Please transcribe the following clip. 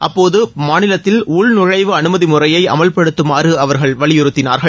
அப்போது மாநிலத்தில் உள்நுழைவு அனுமதி முறையை அமல்படுத்துமாறு அவர்கள் வலியுறுத்தினார்கள்